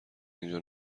اینجا